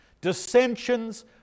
dissensions